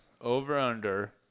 Over-under